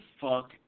fuck